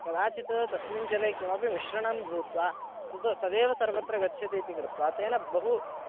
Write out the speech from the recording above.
कदाचित् तस्मिन् जले किमपि मिश्रणं भूत्वा तद् तदेव सर्वत्र गच्छति इति कृत्वा तेन बहु